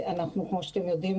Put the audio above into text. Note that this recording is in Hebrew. כמו שאתם יודעים,